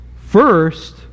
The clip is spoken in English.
First